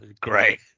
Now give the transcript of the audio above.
Great